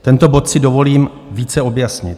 Tento bod si dovolím více objasnit.